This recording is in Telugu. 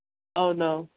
అవునా